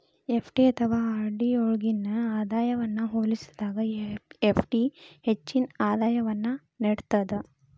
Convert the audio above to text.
FD ಅಥವಾ RD ಯೊಳ್ಗಿನ ಆದಾಯವನ್ನ ಹೋಲಿಸಿದಾಗ ಎಫ್.ಡಿ ಹೆಚ್ಚಿನ ಆದಾಯವನ್ನು ನೇಡ್ತದ